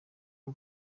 w’u